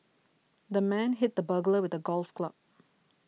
the man hit the burglar with a golf club